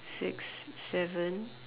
six seven